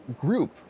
group